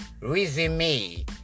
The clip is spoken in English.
Resume